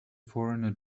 foreigner